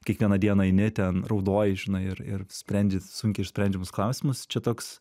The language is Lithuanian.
kiekvieną dieną eini ten raudoji žinai ir ir sprendi sunkiai išsprendžiamus klausimus čia toks